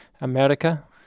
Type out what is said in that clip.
America